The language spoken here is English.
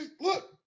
look